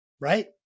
Right